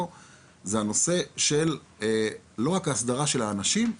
זה הנושא של ההסדרה לא רק של האנשים,